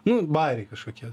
nu bajeriai kažkokie